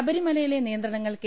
ശബരിമലയിലെ നിയന്ത്രണങ്ങൾ കെ